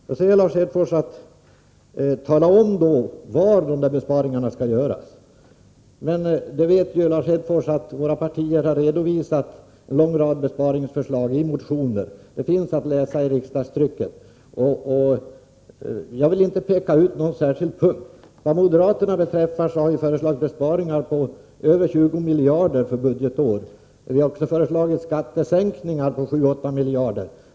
Lars Hedfors säger: Tala då om var besparingarna skall göras. Men Lars Hedfors vet ju att de borgerliga partierna har redovisat en lång rad besparingsförslag i motioner. Detta finns således att läsa i riksdagstrycket. Jag vill inte peka på någon särskild punkt. Vad beträffar oss moderater, så har vi föreslagit besparingar på över 20 miljarder för det aktuella budgetåret. 39 Vi har föreslagit skattesänkningar på 7-8 miljarder.